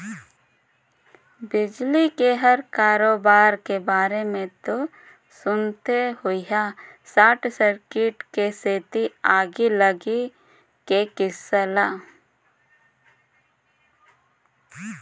बिजली के करोबार के बारे मे तो सुनते होइहा सार्ट सर्किट के सेती आगी लगई के किस्सा ल